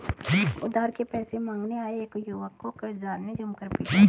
उधार के पैसे मांगने आये एक युवक को कर्जदार ने जमकर पीटा